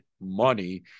money